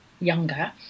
younger